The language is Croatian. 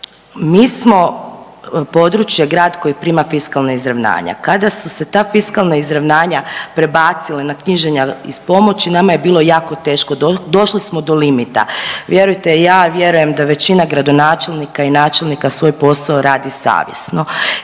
Mi smo područje, grad koji prima fiskalna izravnanja. Kada su se ta fiskalna izravnanja prebacila na knjiženja iz pomoći nama je bilo jako teško, došli smo do limita. Vjerujte, ja vjerujem da većina gradonačelnika i načelnika svoj posao radi savjesno